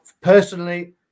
Personally